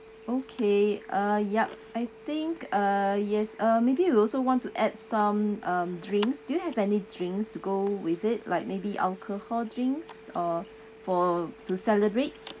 okay uh yup I think uh yes uh maybe we'll also want to add some um drinks do you have any drinks to go with it like maybe alcohol drinks or for to celebrate